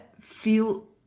feel